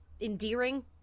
endearing